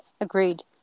agreed